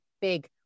big